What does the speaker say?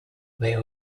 there